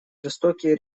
жестокие